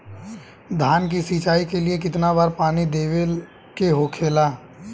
धान की सिंचाई के लिए कितना बार पानी देवल के होखेला?